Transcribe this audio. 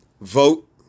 Vote